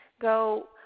go